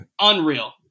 unreal